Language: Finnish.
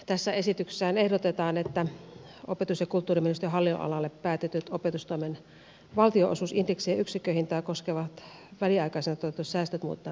tässä esityksessähän ehdotetaan että opetus ja kulttuuriministeriön hallinnonalalle päätetyt opetustoimen valtionosuusindeksiä ja yksikköhintaa koskevat väliaikaisena toteutetut säästöt muutetaan pysyviksi